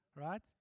right